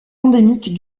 endémique